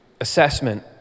assessment